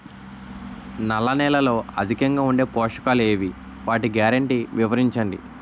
నల్ల నేలలో అధికంగా ఉండే పోషకాలు ఏవి? వాటి గ్యారంటీ వివరించండి?